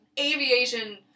aviation